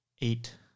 Eight